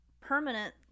permanent